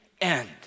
end